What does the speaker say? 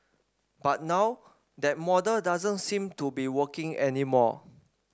but now that model doesn't seem to be working anymore